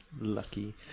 Lucky